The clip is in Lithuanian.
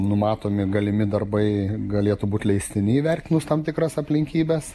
numatomi galimi darbai galėtų būti leistini įvertinus tam tikras aplinkybes